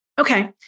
Okay